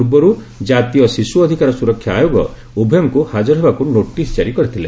ପୂର୍ବରୁ ଜାତୀୟ ଶିଶୁ ଅଧିକାର ସୁରକ୍ଷା ଆୟୋଗ ଉଭୟଙ୍ଙୁ ହାଜର ହେବାକ୍ ନୋଟିସ୍ ଜାରି କରିଥିଲେ